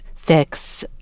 fix